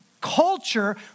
culture